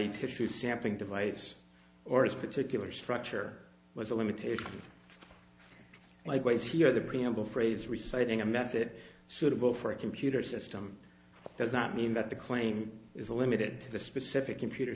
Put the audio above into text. issue sampling device or its particular structure was a limitation likewise here the preamble phrase reciting a method suitable for a computer system does not mean that the claim is limited to the specific computer